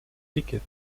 ticket